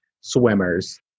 swimmers